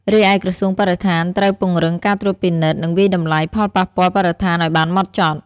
រីឯក្រសួងបរិស្ថានត្រូវពង្រឹងការត្រួតពិនិត្យ និងវាយតម្លៃផលប៉ះពាល់បរិស្ថានឱ្យបានហ្មត់ចត់។